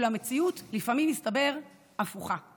אולם מסתבר שלפעמים המציאות הפוכה.